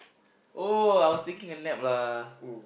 oh I was taking a nap lah